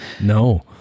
No